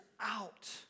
out